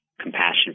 compassion